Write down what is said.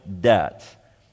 debt